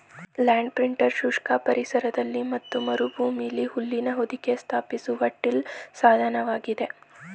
land printer ಶುಷ್ಕ ಪರಿಸರದಲ್ಲಿ ಮತ್ತು ಮರುಭೂಮಿಲಿ ಹುಲ್ಲಿನ ಹೊದಿಕೆ ಸ್ಥಾಪಿಸುವ ಟಿಲ್ ಸಾಧನವಾಗಿದೆ